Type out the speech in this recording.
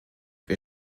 wir